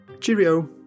cheerio